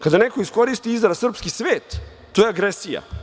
Kada neko iskoristi izraz srpski svet, to je agresija.